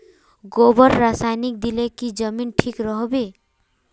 गोबर रासायनिक दिले की जमीन ठिक रोहबे?